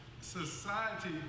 society